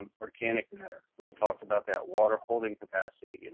um organic matter. we've talked about that. water-holding capacity you know.